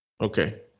Okay